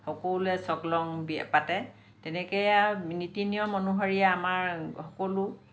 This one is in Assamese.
সকলোৱে চকলং পাতে তেনেকৈ আৰু নীতি নিয়ম অনুসৰিয়ে আমাৰ সকলো